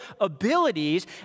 abilities